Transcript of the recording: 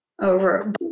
over